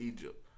Egypt